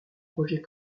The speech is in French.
projet